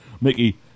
Mickey